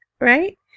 right